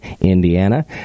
Indiana